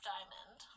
Diamond